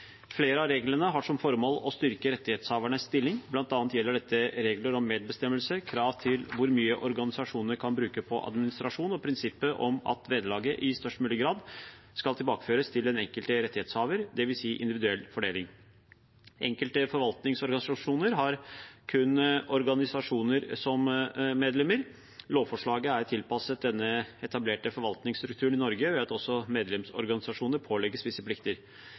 Flere av reglene har som formål å styrke rettighetshavernes stilling, bl.a. gjelder dette regler om medbestemmelse, krav til hvor mye organisasjonene kan bruke på administrasjon og prinsippet om at vederlaget i størst mulig grad skal tilbakeføres til den enkelte rettighetshaver, dvs. individuell fordeling. Enkelte forvaltningsorganisasjoner har kun organisasjoner som medlemmer. Lovforslaget er tilpasset denne etablerte forvaltningsstrukturen i Norge ved at også medlemsorganisasjoner pålegges visse plikter.